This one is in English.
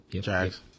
Jags